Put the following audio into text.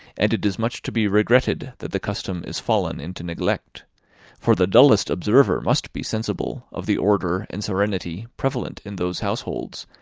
and it is much to be regretted that the custom is fallen into neglect for the dullest observer must be sensible of the order and serenity prevalent in those households,